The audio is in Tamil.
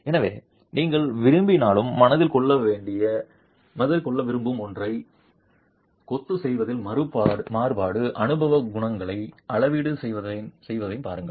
எனவே நீங்கள் விரும்பினாலும் மனதில் கொள்ள விரும்பும் ஒன்றை கொத்து செய்வதில் மாறுபாடு அனுபவ குணகங்களை அளவீடு செய்வதைப் பாருங்கள்